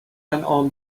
انعام